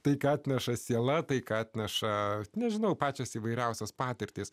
tai ką atneša siela tai ką atneša nežinau pačios įvairiausios patirtys